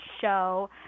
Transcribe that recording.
show